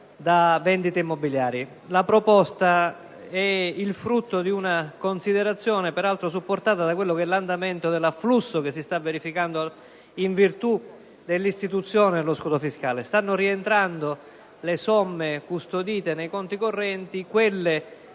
da vendite immobiliari. La proposta è il frutto di una considerazione supportata anche dall'afflusso che si sta verificando in virtù dell'istituzione dello scudo fiscale. Stanno rientrando le somme custodite nei conti correnti; quelle